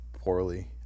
poorly